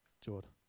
Jordan